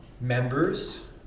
members